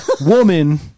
woman